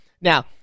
Now